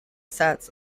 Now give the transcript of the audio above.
sets